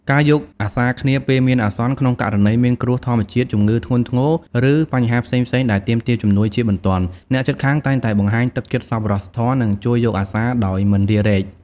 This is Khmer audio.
ការយកអាសារគ្នាពេលមានអាសន្ន ក្នុងករណីមានគ្រោះធម្មជាតិ ជម្ងឺធ្ងន់ធ្ងរ ឬបញ្ហាផ្សេងៗដែលទាមទារជំនួយជាបន្ទាន់ អ្នកជិតខាងតែងតែបង្ហាញទឹកចិត្តសប្បុរសធម៌ និងជួយយកអាសារដោយមិនរារែក។